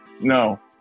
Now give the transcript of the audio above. no